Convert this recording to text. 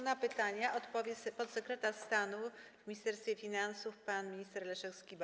Na pytania odpowie podsekretarz stanu w Ministerstwie Finansów pan minister Leszek Skiba.